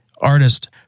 artist